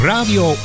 Radio